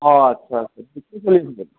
অঁ আচ্ছা আচ্ছা ফিফটি চলি আছে নি